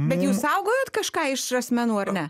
bet jūs saugojot kažką iš asmenų ar ne